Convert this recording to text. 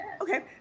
Okay